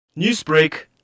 Newsbreak